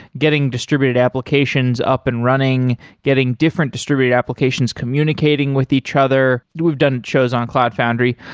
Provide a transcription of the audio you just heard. getting distributed applications up and running, getting different distributed applications communicating with each other. we've done shows on cloud foundry,